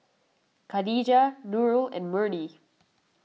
Khadija Nurul and Murni